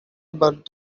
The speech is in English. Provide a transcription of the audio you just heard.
about